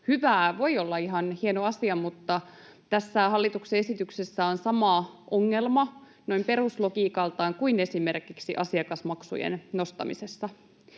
hyvää, voi olla ihan hieno asia, mutta tässä hallituksen esityksessä on noin peruslogiikaltaan sama ongelma kuin esimerkiksi asiakasmaksujen nostamisessa.